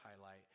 highlight